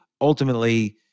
ultimately